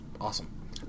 Awesome